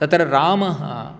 तत्र रामः